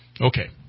Okay